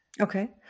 okay